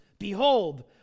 Behold